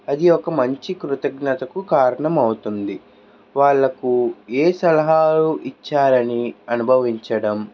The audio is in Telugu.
అది ఒక మంచి కృతజ్ఞతకు కారణం అవుతుంది వాళ్ళకు ఏ సలహాలు ఇచ్చారని అనుభవించడం